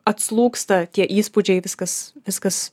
atslūgsta tie įspūdžiai viskas viskas